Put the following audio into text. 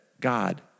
God